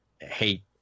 hate